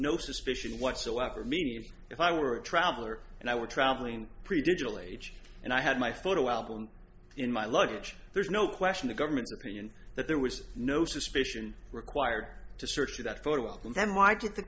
no suspicion whatsoever me if i were a traveler and i were traveling pre digital age and i had my photo album in my luggage there's no question the government's opinion that there was no suspicion required to search for that photo op and then why did the